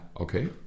okay